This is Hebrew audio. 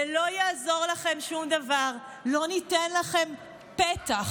לא יעזור לכם שום דבר, לא ניתן לכם פתח,